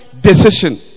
decision